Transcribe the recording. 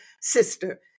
sister